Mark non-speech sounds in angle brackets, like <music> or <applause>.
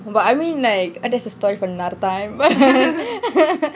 but I mean like that's a story for another time <laughs>